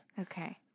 Okay